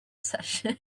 session